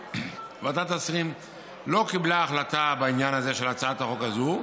ועדת השרים לא קיבלה החלטה בעניין הזה של הצעת החוק הזאת,